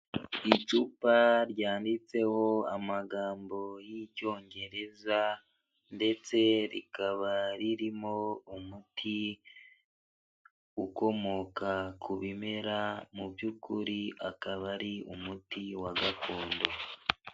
Icupa ryanditseho amagambo y'icyongereza ndetse rikaba ririmo umuti ukomoka ku bimera, mu byukuri akaba ari umuti wa gakondo.